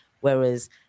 whereas